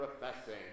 professing